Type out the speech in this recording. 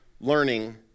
learning